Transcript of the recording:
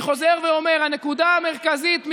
אני חוזר ואומר: הנקודה המרכזית,